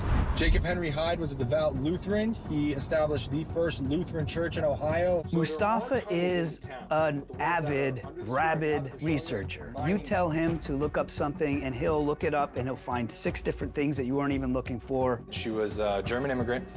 jacob henry hyde was a devout lutheran. he established the first lutheran church in ohio. mustafa is an avid, rabid researcher. you tell him to look up something, and he'll look it up, and he'll find six different things that you weren't even looking for. she was a german immigrant.